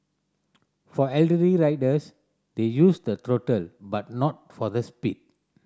for elderly riders they use the throttle but not for the speed